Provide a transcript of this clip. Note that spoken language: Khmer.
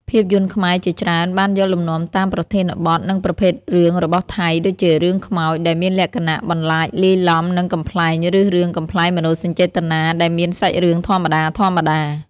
ភាពយន្តខ្មែរជាច្រើនបានយកលំនាំតាមប្រធានបទ និងប្រភេទរឿងរបស់ថៃ ដូចជារឿង ខ្មោច ដែលមានលក្ខណៈបន្លាចលាយឡំនឹងកំប្លែង ឬរឿង កំប្លែងមនោសញ្ចេតនា ដែលមានសាច់រឿងធម្មតាៗ។